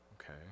okay